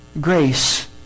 grace